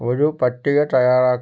ഒരു പട്ടിക തയ്യാറാക്കുക